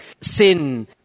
sin